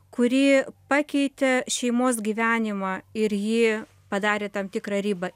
kuri pakeitė šeimos gyvenimą ir jie padarė tam tikrą ribą